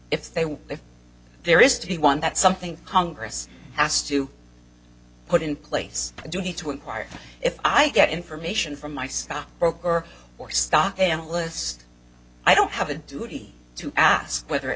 if they want if there is to be one that's something congress has to put in place a duty to impart if i get information from my stockbroker or stock analyst i don't have a duty to ask whether it